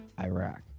iraq